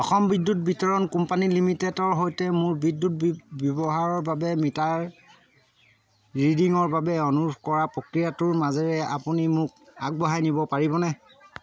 অসম বিদ্যুৎ বিতৰণ কোম্পানী লিমিটেডৰ সৈতে মোৰ বিদ্যুৎ ব্যৱহাৰৰ বাবে মিটাৰ ৰিডিঙৰ বাবে অনুৰোধ কৰাৰ প্ৰক্ৰিয়াটোৰ মাজেৰে আপুনি মোক আগবঢ়াই নিব পাৰিবনে